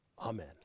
Amen